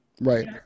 Right